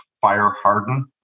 fire-harden